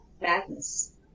madness